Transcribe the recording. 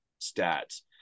stats